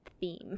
theme